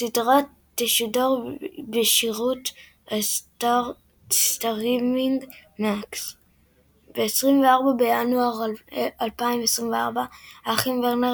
הסדרה תשודר בשירות הסטרימינג Max. ב-24 בינואר 2024 האחים וורנר